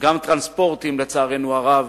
גם טרנספורטים, לצערנו הרב,